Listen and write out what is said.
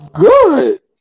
good